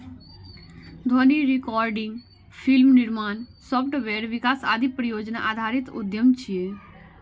ध्वनि recording, film निर्माण, software विकास आदि परियोजना आधारित उद्यम छियै